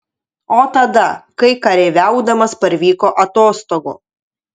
o tada kai kareiviaudamas parvyko atostogų